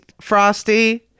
Frosty